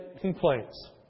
complaints